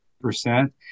percent